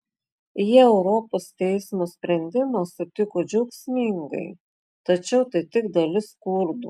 jie europos teismo sprendimą sutiko džiaugsmingai tačiau tai tik dalis kurdų